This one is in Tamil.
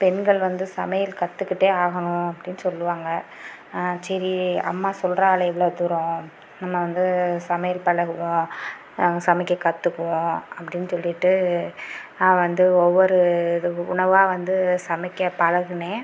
பெண்கள் வந்து சமையல் கற்றுக்கிட்டே ஆகணும் அப்படினு சொல்லுவாங்க சரி அம்மா சொல்றாளே இவ்வளோ தூரம் நம்ம வந்து சமையல் பழகுவோம் நாம சமைக்க கற்றுக்குவோம் அப்படின்னு சொல்லிவிட்டு நான் வந்து ஒவ்வொரு இது உணவாக வந்து சமைக்க பழகுனேன்